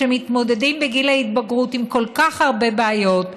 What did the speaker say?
שמתמודדים בגיל ההתבגרות עם כל כך הרבה בעיות,